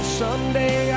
someday